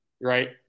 right